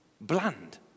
bland